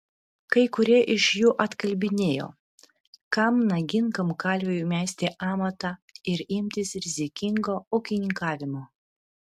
kai kurie iš jų atkalbinėjo kam nagingam kalviui mesti amatą ir imtis rizikingo ūkininkavimo